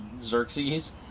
Xerxes